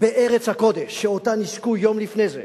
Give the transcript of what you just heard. בארץ הקודש, שאותה נישקו יום לפני זה,